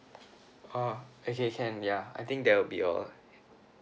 oh okay can ya I think that will be all